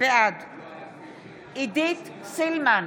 בעד עידית סילמן,